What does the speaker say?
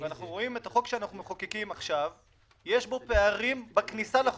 אנחנו רואים את החוק שאנחנו מחוקקים עכשיו ויש פערים בכניסה לחוק.